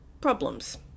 problems